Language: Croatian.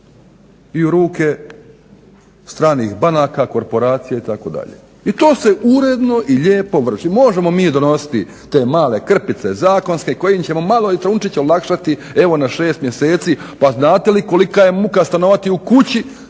i u ruke stranih banaka, korporacija itd.. I to se uredno i lijepo vrši. Možemo mi donositi te male krpice zakonske kojima ćemo malo i trunčicu olakšati evo na 6 mjeseci. Pa znate li kolika je muka stanovati u kući